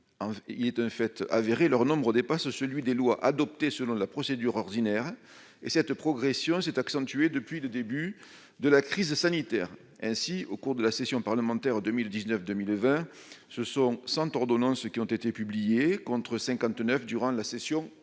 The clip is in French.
il est un fait avéré, leur nombre dépasse celui des lois adoptées selon la procédure ordinaire et cette progression s'est accentuée depuis le début de la crise sanitaire ainsi au cours de la session parlementaire en 2019, 2020, ce sont 100 ordonnance qui ont été publiés, contre 59 durant la session précédente